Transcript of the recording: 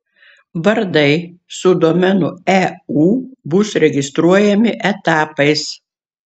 vardai su domenu eu bus registruojami etapais